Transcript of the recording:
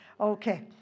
Okay